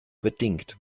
bedingt